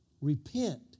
Repent